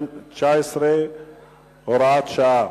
19 והוראת שעה)